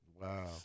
Wow